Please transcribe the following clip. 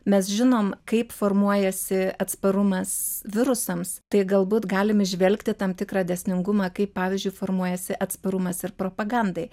mes žinom kaip formuojasi atsparumas virusams tai galbūt galim įžvelgti tam tikrą dėsningumą kaip pavyzdžiui formuojasi atsparumas ir propagandai